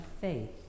faith